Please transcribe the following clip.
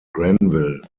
granville